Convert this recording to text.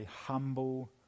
humble